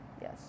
Yes